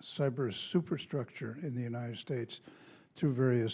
cyber superstructure in the united states to various